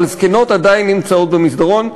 אבל זקנות עדיין נמצאות במסדרון,